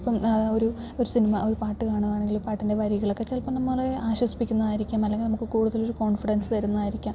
അപ്പം ഒരു ഒരു സിനിമ ഒരു പാട്ട് കാണുകയാണെങ്കിൽ പാട്ടിൻ്റെ വരികളൊക്കെ ചിലപ്പം നമ്മളെ ആശ്വസിപ്പിക്കുന്നതായിരിക്കും അല്ലെങ്കിൽ നമുക്ക് കൂടുതലൊരു കോൺഫിഡൻസ് തരുന്നതായിരിക്കാം